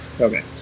Okay